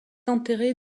enterrée